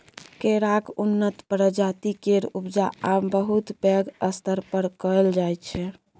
केराक उन्नत प्रजाति केर उपजा आब बहुत पैघ स्तर पर कएल जाइ छै